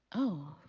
oh,